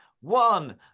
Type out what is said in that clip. one